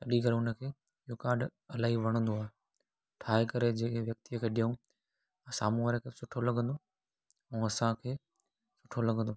तॾहिं करे हुनखे काड इलाही वणंदो आहे ठाहे करे जहिड़े व्यक्तिअ खे ॾियूं साम्हूं वारे खे सुठो लॻंदो ऐं असांखे सुठो लॻंदो